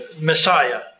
Messiah